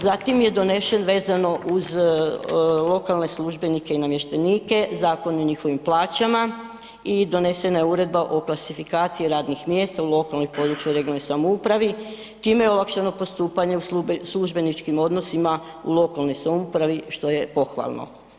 Zatim je donesen vezano uz lokalne službenike i namještenike Zakon o njihovim plaćama i donesena je uredba o klasifikaciji radnih mjesta u lokalnoj i područnoj regionalnoj samoupravi, time je olakšano postupanje u službeničkim odnosima u lokalnoj samoupravi što je pohvalno.